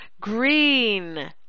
green